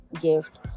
gift